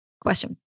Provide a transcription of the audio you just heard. question